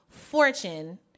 Fortune